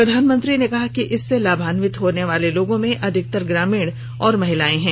प्रधानमंत्री ने कहा कि इससे लाभान्वित होने वाले लोगों में अधिकतर ग्रामीण और महिलाएं हैं